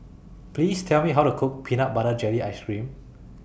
Please Tell Me How to Cook Peanut Butter Jelly Ice Cream